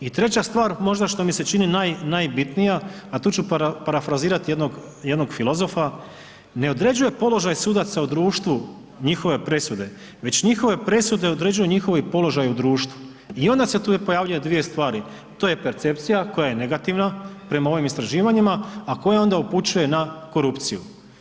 I treba stvar možda što mi se čini najbitnija a tu ću parafrazirati jednog filozofa, ne određuje položaj sudaca u društvu njihove presude već njihove presude određuju njihovi položaji u društvu i onda se tu pojavljuju dvije stvari, to je percepcija koja je negativna prema ovim istraživanjima a koja onda upućuje na korupciju.